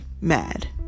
mad